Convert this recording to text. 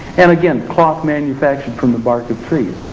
and again cloth manufactured from the bark of trees.